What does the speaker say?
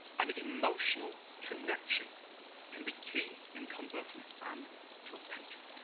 an emotional connection can be key in converting a fan to a patron.